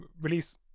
Release